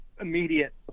immediate